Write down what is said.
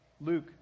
Luke